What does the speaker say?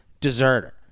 deserter